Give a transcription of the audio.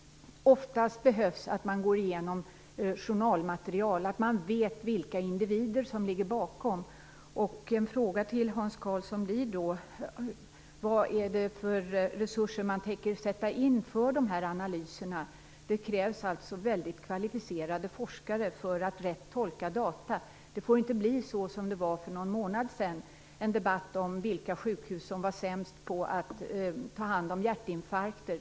Oftast behövs att man går igenom journalmaterial, att man vet vilka individer som ligger bakom. En fråga till Hans Karlsson blir då: Vad är det för resurser man tänker sätta in för de här analyserna? Det krävs alltså mycket kvalificerade forskare för att rätt tolka data. Det får inte bli så som det var för någon månad sedan, när det var en debatt om vilka sjukhus som var sämst på att ta hand om hjärtinfarkter.